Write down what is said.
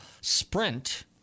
Sprint